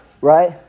right